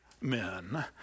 men